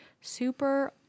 super